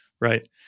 Right